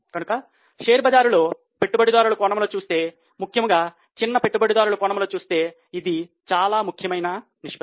కనుక షేర్ బజార్ లో పెట్టుబడిదారుల కోణంలో చూస్తే ముఖ్యముగా చిన్న పెట్టుబడిదారుల కోణంలో చూస్తే ఇది చాలా ముఖ్యమైన నిష్పత్తి